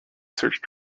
search